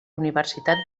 universitat